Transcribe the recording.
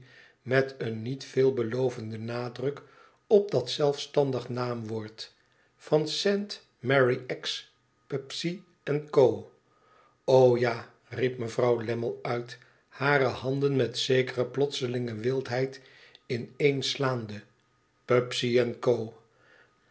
met een niet veel belovenden nadruk op dat zelfstandige naamwoord van saint mary axe pubsey en co ja riep mevrouw lammie uit hare handen met zekere plotselinge wildheid ineenslaande pubsey en co